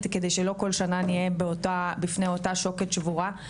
כדי שלא כל שנה נהיה בפני אותה שוקת שבורה,